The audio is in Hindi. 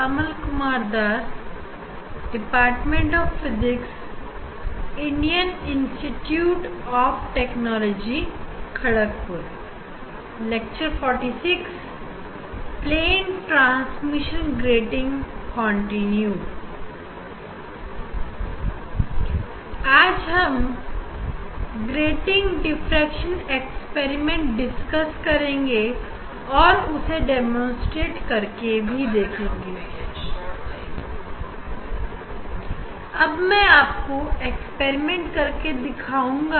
अब मैं आपको प्रयोग करके दिखाऊंगा